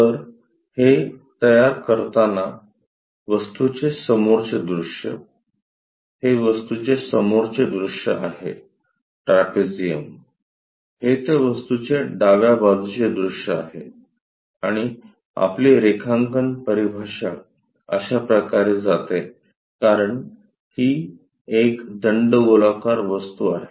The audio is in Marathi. तर हे तयार करताना वस्तूचे समोरचे दृश्य हे वस्तूचे समोरचे दृश्य आहेट्रॅपेझियम हे त्या वस्तूचे डाव्या बाजुचे दृश्य आहे आणि आपली रेखांकन परिभाषा अशा प्रकारे जाते कारण ही एक दंडगोलाकार वस्तू आहे